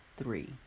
Three